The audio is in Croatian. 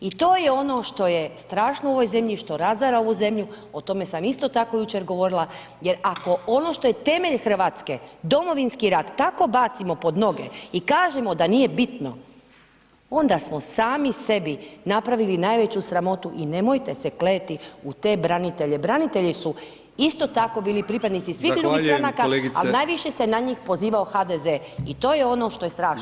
I to je ono što je strašno u ovoj zemlji, što razara ovu zemlju, o tome sam isto tako jučer govorila jer ako ono što je temelj RH, Domovinski rat, tako bacimo pod noge i kažemo da nije bitno, onda smo sami sebi napravili najveću sramotu i nemojte se kleti u te branitelje, branitelji su isto tako bili pripadnici svih [[Upadica: Zahvaljujem kolegice]] drugih stranaka, al najviše se na njih pozivao HDZ i to je ono što je strašno.